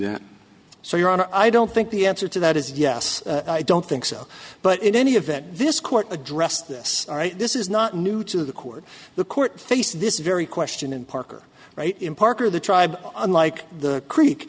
that so your honor i don't think the answer to that is yes i don't think so but in any event this court addressed this this is not new to the court the court faced this very question and parker right in parker the tribe unlike the creek